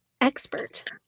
expert